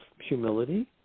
humility